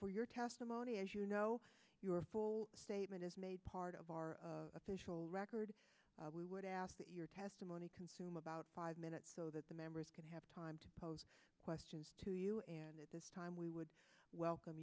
for your testimony as you know your full statement is made part of our official record we would ask that your testimony consume about five minutes so that the members can have time to pose questions to you and at this time we would